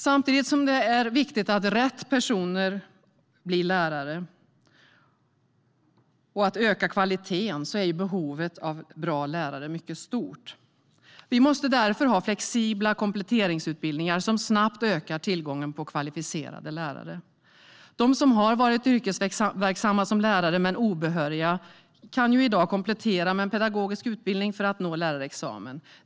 Samtidigt som det är viktigt att rätt personer blir lärare och att öka kvaliteten är behovet av bra lärare mycket stort. Vi måste därför ha flexibla kompletteringsutbildningar som snabbt ökar tillgången på kvalificerade lärare. De som har varit yrkesverksamma som lärare men varit obehöriga kan i dag komplettera med en pedagogisk utbildning för att nå lärarexamen.